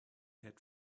had